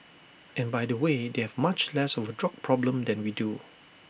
and by the way they have much less of drug problem than we do